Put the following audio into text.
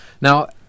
Now